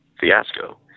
fiasco